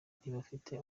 ntibafite